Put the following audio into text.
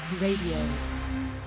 Radio